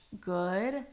good